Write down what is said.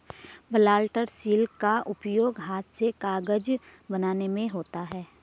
blotter sheet का उपयोग हाथ से कागज बनाने में होता है